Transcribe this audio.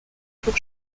pour